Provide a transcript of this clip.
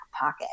pocket